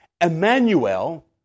Emmanuel